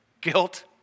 guilt